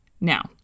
Now